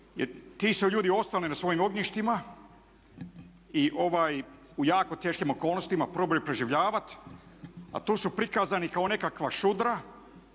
jer ti su ljudi ostali na svojim ognjištima i u jako teškim okolnostima probali preživljavat, a tu su prikazani kao nekakva šudra